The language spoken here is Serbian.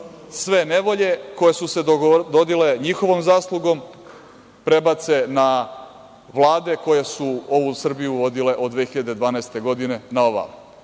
sve nevolje koje su se dogodile njihovom zaslugom prebace na Vlade koje su ovu Srbiju vodile od 2012. godine na